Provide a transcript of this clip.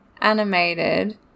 animated